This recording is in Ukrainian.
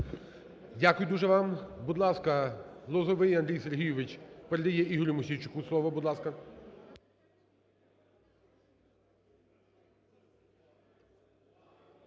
Дякую дуже вам. Будь ласка, Лозовой Андрій Сергійович передає Ігорю Мосійчуку слово, будь ласка.